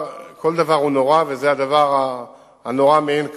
כל דבר הוא נורא, וזה דבר נורא מאין כמוהו,